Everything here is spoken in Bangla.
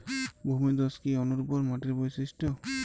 ভূমিধস কি অনুর্বর মাটির বৈশিষ্ট্য?